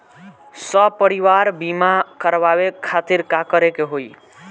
सपरिवार बीमा करवावे खातिर का करे के होई?